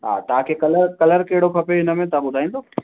हा तव्हांखे colour colour कहिड़ो खपे हिन में तव्हां ॿुधाईंदो